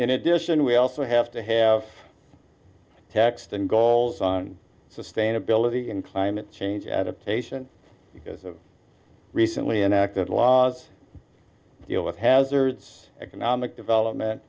in addition we also have to have text and goals on sustainability and climate change adaptation because of recently enacted laws deal with hazards economic development